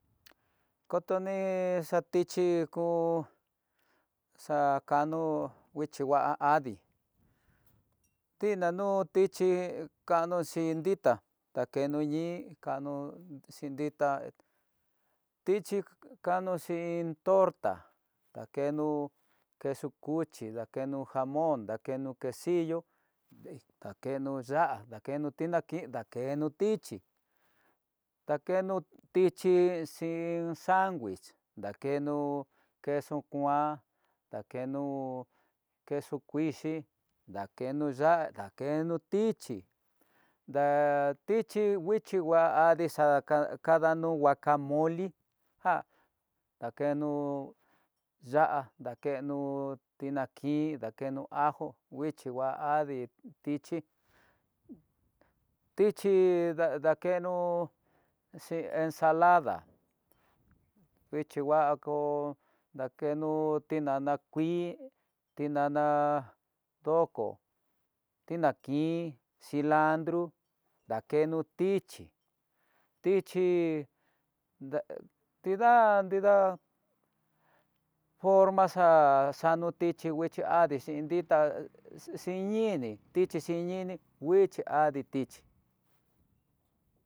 Kotoni xa tichi ko xakano, nguixhi ngua adii tina no tichi kano xhin ditá, takeno ñíí kaxhin no xhin ditá tichi kano xhin iin torta dakeno queso cuchi dakeno, dakeno jamón dakeno quesillo, dakeno ya'á, dakeno tinankin, dakeno tichí, dakeno tichi xhin sanwuis, dakeno queso kuan, dakeno queso kuixhii, dakeno ya'á dakeno tichí, da tichi nguixhi nguá adixa kadano guacamoli, já dakeno ya'á, dakeno tinakin, dakeno ajo nguixhi ngua adii, tichi dakeno xhin ensalada nguichi ngua kó dakeno, tinana kuin tinana doko tinankin cilandro, daken tichi, tichi tidan nrida forma xa'á xano tichi nguichi adii xhinditá xiñini tichi xhin ñini nguixhi adii tichí.